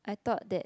I thought that